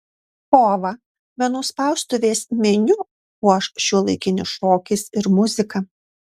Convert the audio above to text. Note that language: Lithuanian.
kovą menų spaustuvės meniu puoš šiuolaikinis šokis ir muzika